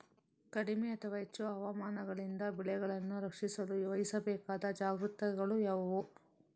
ಕಡಿಮೆ ಅಥವಾ ಹೆಚ್ಚು ಹವಾಮಾನಗಳಿಂದ ಬೆಳೆಗಳನ್ನು ರಕ್ಷಿಸಲು ವಹಿಸಬೇಕಾದ ಜಾಗರೂಕತೆಗಳು ಯಾವುವು?